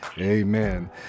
Amen